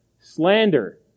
slander